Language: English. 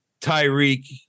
Tyreek